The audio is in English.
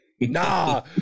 Nah